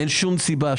אין שום סיבה,